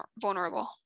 vulnerable